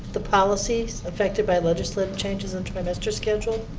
the policies affected by legislative changes in trimester schedule.